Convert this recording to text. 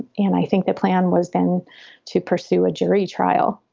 and i think the plan was then to pursue a jury trial,